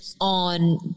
on